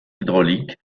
hydrauliques